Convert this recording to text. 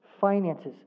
finances